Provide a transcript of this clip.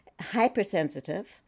hypersensitive